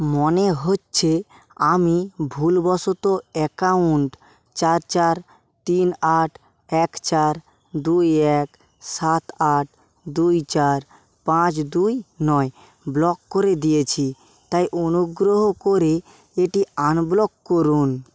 মনে হচ্ছে আমি ভুলবশত অ্যাকাউন্ট চার চার তিন আট এক চার দুই এক সাত আট দুই চার পাঁচ দুই নয় ব্লক করে দিয়েছি তাই অনুগ্রহ করে এটি আনব্লক করুন